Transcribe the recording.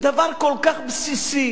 דבר כל כך בסיסי.